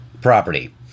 Property